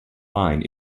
line